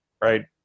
right